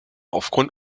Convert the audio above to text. aufgrund